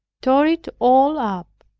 tore it all up,